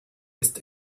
ist